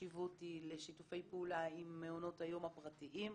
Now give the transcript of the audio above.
החשיבות היא לשיתופי פעולה עם מעונות היום הפרטיים,